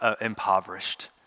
impoverished